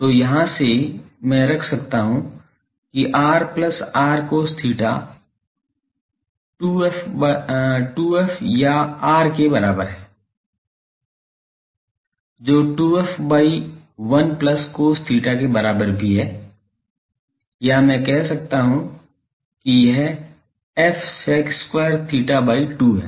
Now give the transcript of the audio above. तो तो यहाँ से मैं रख सकता हूं कि r plus r cos theta 2 f या r के बराबर है जो 2 f by 1 plus cos theta के बराबर भी है या मैं कह सकता हूं कि यह f sec square theta by 2 है